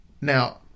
Now